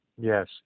Yes